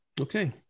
Okay